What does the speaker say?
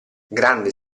grande